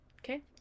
Okay